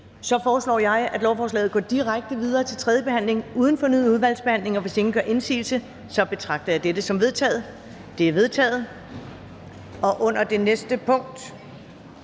Jeg foreslår, at lovforslaget går direkte videre til tredje behandling uden fornyet udvalgsbehandling. Hvis ingen gør indsigelse, betragter jeg dette som vedtaget. Det er vedtaget. --- Det næste punkt